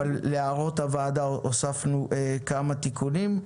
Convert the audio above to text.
אבל להערות הוועדה הוספנו כמה תיקונים.